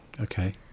Okay